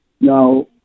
Now